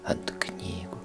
ant knygų